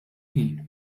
ħin